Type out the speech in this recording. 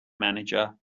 manager